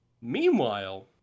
Meanwhile